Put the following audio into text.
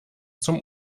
zum